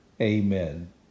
amen